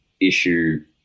issue